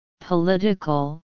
political